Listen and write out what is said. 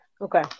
Okay